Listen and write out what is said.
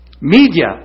media